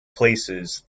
places